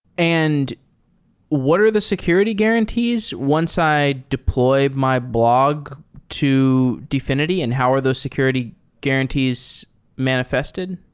and what are the security guarantees once i deploy my blog to dfinity and how are those security guarantees manifested?